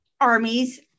armies